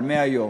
אבל מהיום.